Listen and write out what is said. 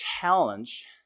challenge